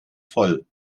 voll